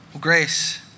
Grace